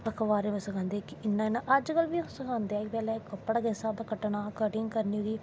अखबारे पर सखांदे हे कि इयां इयां अज्ज कल बी सखांदे अज्ज कल कपड़ा किस हिसाबे दा कटनां कटिंग करनी ओह्दी